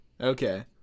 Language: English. Okay